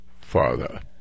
father